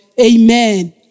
Amen